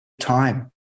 time